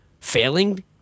failing